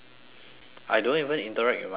I don't even interact with my neighbour know